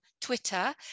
twitter